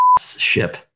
ship